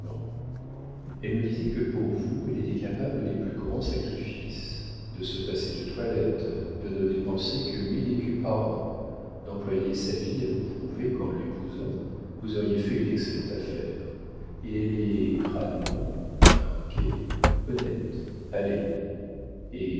elle me disait que pour vous elle était capable des plus grands sacrifices de se passer de toilette de ne dépenser que mille écus par an d'employer sa vie à vous prouver qu'en l'épousant vous auriez fait une excellente affaire et elle est crânement un hoquet honnête allez et